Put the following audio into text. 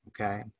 okay